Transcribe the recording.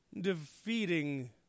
defeating